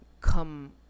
come